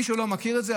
מישהו לא מכיר את זה?